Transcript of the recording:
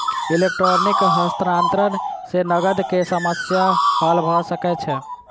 electronic हस्तांतरण सॅ नकद के समस्या हल भ सकै छै